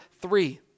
three